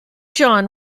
john